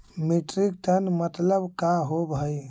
Metric ton मतलब का होव हइ?